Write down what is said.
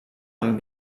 amb